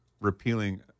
repealing